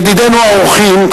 ידידינו האורחים,